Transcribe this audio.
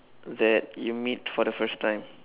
that you meet for the first time